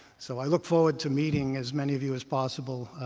so i look forward to meeting as many of you as possible,